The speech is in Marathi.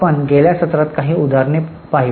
आपण गेल्या सत्रात काही उदाहरणे पाहिली